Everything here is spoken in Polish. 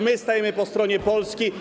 My stajemy po stronie Polski.